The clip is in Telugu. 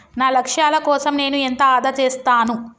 నా లక్ష్యాల కోసం నేను ఎంత ఆదా చేస్తాను?